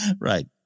right